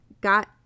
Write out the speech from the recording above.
got